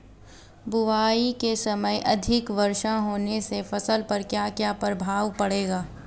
बुआई के समय अधिक वर्षा होने से फसल पर क्या क्या प्रभाव पड़ेगा?